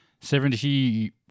Seventy